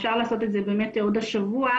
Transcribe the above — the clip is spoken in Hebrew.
אפשר לעשות את זה עוד השבוע,